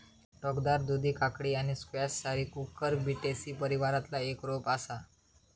टोकदार दुधी काकडी आणि स्क्वॅश सारी कुकुरबिटेसी परिवारातला एक रोप असा